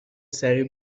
سریع